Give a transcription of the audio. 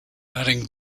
adding